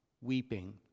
weeping